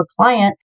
client